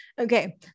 Okay